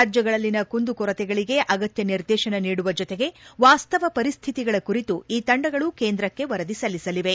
ರಾಜ್ಜಗಳಲ್ಲಿನ ಕುಂದುಕೊರತೆಗಳಿಗೆ ಅಗತ್ಯ ನಿರ್ದೇಶನ ನೀಡುವ ಜತೆಗೆ ವಾಸ್ತವ ಪರಿಸ್ತಿತಿಗಳ ಕುರಿತು ಈ ತಂಡಗಳು ಕೇಂದ್ರಕ್ಕೆ ವರದಿ ಸಲ್ಲಿಸಲಿವೆ